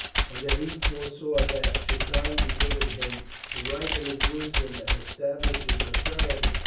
and that he foresaw that, should time be given him to ripen his wisdom and establish his authority,